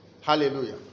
Hallelujah